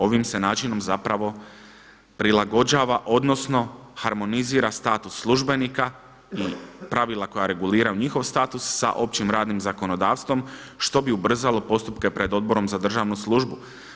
Ovim se načinom zapravo prilagođava, odnosno harmonizira status službenika i pravila koja reguliraju njihov status sa općim radnim zakonodavstvom što bi ubrzalo postupke pred Odborom za državnu službu.